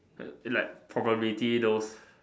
like probability those